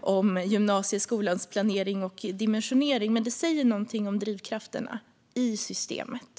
om gymnasieskolans planering och dimensionering, men det säger någonting om drivkrafterna i systemet.